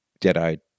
dead-eyed